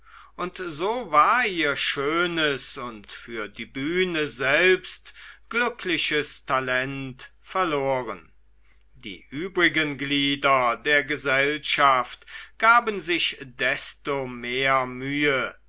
und so war ihr schönes und für die bühne selbst glückliches talent verloren die übrigen glieder der gesellschaft gaben sich desto mehr mühe